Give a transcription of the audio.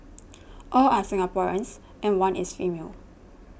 all are Singaporeans and one is female